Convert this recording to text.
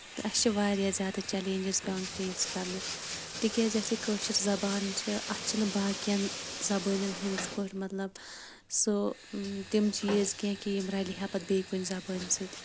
تہٕ اَسہِ چھِ واریاہ زیادٕ چیلینجٔز پیوان فیس کَرنہِ تِکیازِ یۄس یہِ کٲشِر زبان چھےٚ اَتھ چھِنہٕ باقین زَبانن ہندۍ پٲٹھۍ مطلب سُہ تِم چیٖز کیٚنہہ کہِ یِم رَلہِ ہا پَتہٕ بیٚیہِ کُنہِ زَبٲنۍ سۭتۍ